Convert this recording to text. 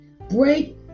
Break